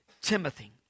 Timothy